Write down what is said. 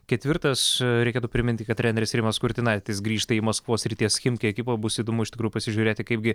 ketvirtas reikėtų priminti kad treneris rimas kurtinaitis grįžta į maskvos srities chimki ekipą bus įdomu iš tikrųjų pasižiūrėti kaipgi